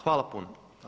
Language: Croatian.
Hvala puno.